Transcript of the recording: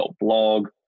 .blog